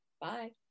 bye